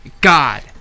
God